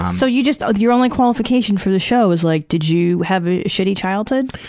so you just your only qualification for this show is like, did you have a shitty childhood?